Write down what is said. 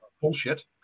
bullshit